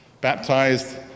baptized